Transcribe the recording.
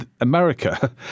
America